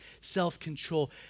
self-control